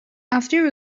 after